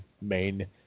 main